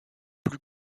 plus